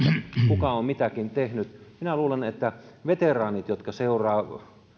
kuka on mitäkin tehnyt minä luulen että veteraanit jotka seuraavat